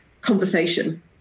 conversation